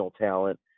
talent